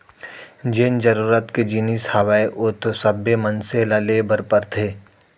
जेन जरुरत के जिनिस हावय ओ तो सब्बे मनसे ल ले बर परथे